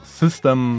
system